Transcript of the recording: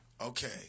Okay